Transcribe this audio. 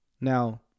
Now